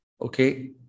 Okay